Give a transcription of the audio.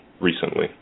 recently